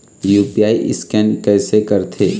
UPI scan कइसे करथे?